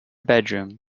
bedroom